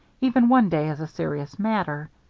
even one day is a serious matter.